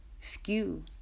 skew